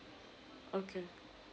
okay